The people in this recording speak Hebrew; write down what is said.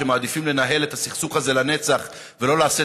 שמעדיפים לנהל את הסכסוך הזה לנצח ולא לעשות